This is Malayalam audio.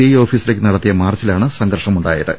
ഐ ഓഫീസിലേക്ക് നടത്തിയ മാർച്ചിലാണ് സംഘർഷമുണ്ടായത്